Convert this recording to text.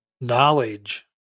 knowledge